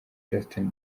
justin